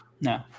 no